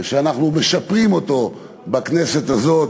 שאנחנו משפרים בכנסת הזאת,